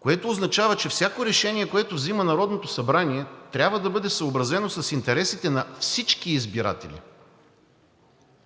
което означава, че всяко решение, което взима Народното събрание, трябва да бъде съобразено с интересите на всички избиратели,